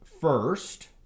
first